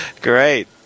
Great